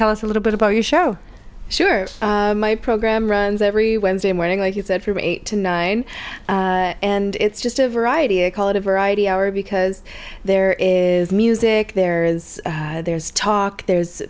tell us a little bit about your show sure my program runs every wednesday morning like you said from eight to nine and it's just a variety and call it a variety hour because there is music there is there's talk there's